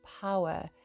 power